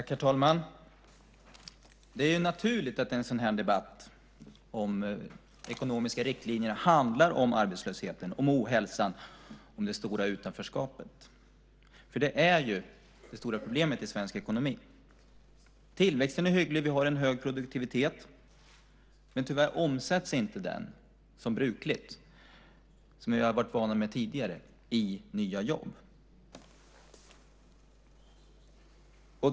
Herr talman! Det är naturligt att en sådan här debatt om ekonomiska riktlinjer handlar om arbetslösheten, ohälsan och det stora utanförskapet, för det är ju det stora problemet i svensk ekonomi. Tillväxten är hygglig, och vi har en hög produktivitet, men tyvärr omsätts inte den som brukligt, som vi har varit vana vid tidigare, i nya jobb.